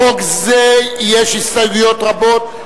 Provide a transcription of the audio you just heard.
לחוק זה יש הסתייגויות רבות.